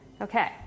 Okay